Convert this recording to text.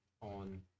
on